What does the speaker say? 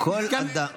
כל אדם.